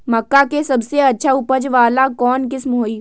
मक्का के सबसे अच्छा उपज वाला कौन किस्म होई?